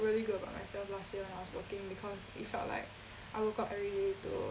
really good about myself last year when I was working because it felt like I woke up every day to